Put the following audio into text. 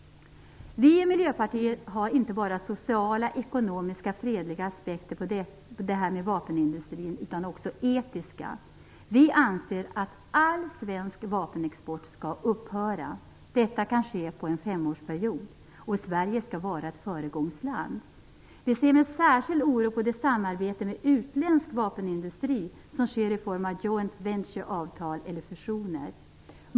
Vi i Miljöpartiet har inte bara sociala, ekonomiska och fredliga aspekter på detta med vapenindustrin utan också etiska. Vi anser att all svensk vapenexport skall upphöra. Detta kan ske på en femårsperiod, och Sverige skall vara ett föregångsland. Vi ser med särskild oro på det samarbete med utländsk vapenindustri som sker i form av joint venture-avtal eller fusioner.